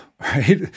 right